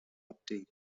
obtain